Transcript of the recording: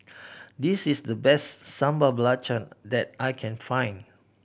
this is the best Sambal Belacan that I can find